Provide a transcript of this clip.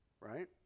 right